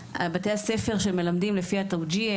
המשמעות של בתי הספר שמלמדים לפי תוכנית התווג'יה?